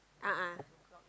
a'ah